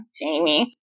Jamie